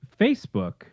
Facebook